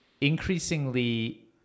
increasingly